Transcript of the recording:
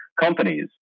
companies